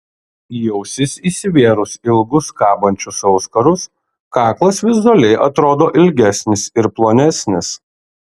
į ausis įsivėrus ilgus kabančius auskarus kaklas vizualiai atrodo ilgesnis ir plonesnis